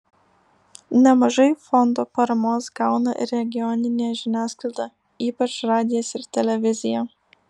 nemažai fondo paramos gauna ir regioninė žiniasklaida ypač radijas ir televizija